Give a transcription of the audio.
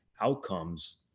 outcomes